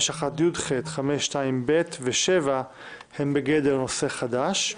5(1)(י"ח), 5(2)(ב) ו-7 הם בגדר נושא חדש.